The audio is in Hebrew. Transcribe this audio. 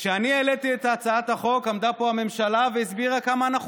כשאני העליתי את הצעת החוק עמדה פה הממשלה והסבירה כמה אנחנו